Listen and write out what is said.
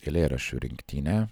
eilėraščių rinktinė